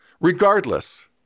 Regardless